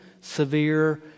severe